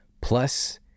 Plus